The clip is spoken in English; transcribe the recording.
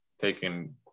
taking